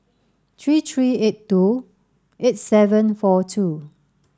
three three eight two eight seven four two